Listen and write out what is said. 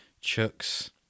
Chucks